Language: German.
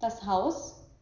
das haus